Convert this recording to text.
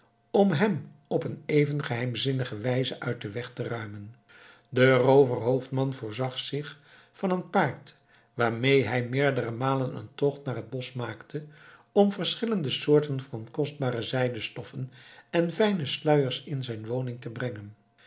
om hem op een even geheimzinnige wijze uit den weg te ruimen de rooverhoofdman voorzag zich van een paard waarmee hij meerdere malen een tocht naar het bosch maakte om verschillende soorten van kostbare zijdenstoffen en fijne sluiers in zijn woning te brengen